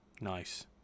Nice